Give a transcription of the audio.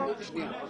הלחץ פה עובד אליכם?